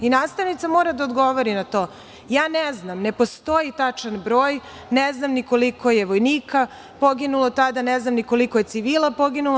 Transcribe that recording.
Nastavnica mora da odgovori na to – ja ne znam, ne postoji tačan broj, ne znam ni koliko je vojnika poginulo tada, ne znam koliko je civila poginulo.